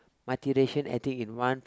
multiracial acting in one